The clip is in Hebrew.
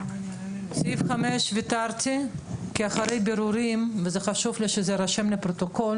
על סעיף 5 ויתרתי כי אחרי בירורים וזה חשוב לי שזה יירשם בפרוטוקול